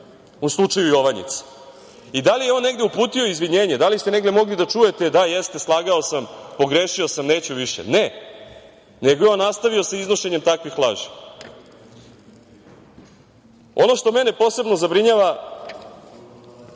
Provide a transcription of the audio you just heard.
u slučaju „Jovanjice“. Da li je on negde uputio izvinjenje, da li ste negde mogli da čujete – da, jeste, slagao sam, pogrešio sam, neću više? Ne, nego je on nastavio sa iznošenjem takvih laži. Ono što mene posebno zabrinjava,